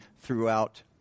Throughout